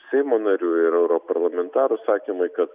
seimo narių ir europarlamentarų sakymai kad